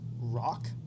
rock